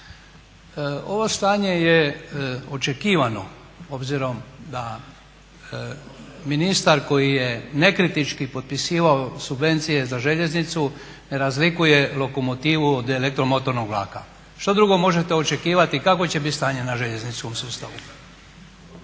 ovo stanje je očekivano, obzirom da ministar koji je nekritički potpisivao subvencije za željeznicu ne razlikuje lokomotivu od elektromotornog vlaka. Što drugo možete očekivati kakvo će biti stanje na željezničkom sustavu?